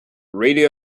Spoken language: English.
radio